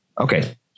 Okay